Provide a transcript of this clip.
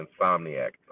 Insomniac